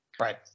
Right